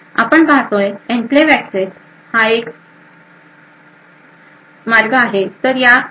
नंतर आपण पाहतोय एन्क्लेव्ह एक्सेस हा एक आहे